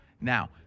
Now